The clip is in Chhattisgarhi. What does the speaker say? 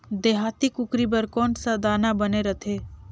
देहाती कुकरी बर कौन सा दाना बने रथे?